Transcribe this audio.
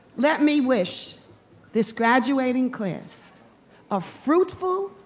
let me wish this graduating class a fruitful,